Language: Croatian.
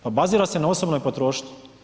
Pa bazira se na osobnoj potrošnji.